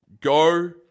go